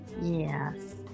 yes